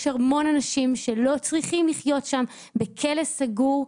יש המון אנשים שלא צריכים לחיות שם בכלא סגור,